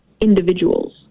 individuals